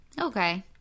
Okay